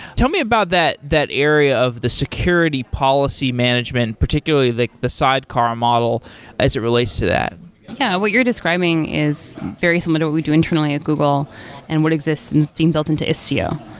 tell me about that that area of the security policy management, particularly the the sidecar model as it relates to that yeah. what you're describing is very similar to what we do internally at google and what exists and is being built into istio.